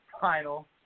Final